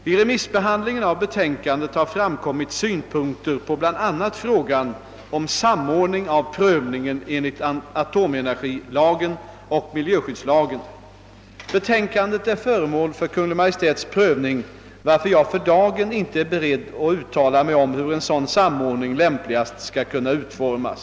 Vid remissbehandlingen av betänkandet har framkommit synpunkter på bl.a. frågan om samordning av prövningen enligt atomenergilagen och miljöskyddslagen. Betänkandet är föremål för Kungl. Maj:ts prövning, varför jag för dagen inte är beredd att uttala mig om hur en sådan samordning lämpligast skall kunna utformas.